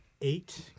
eight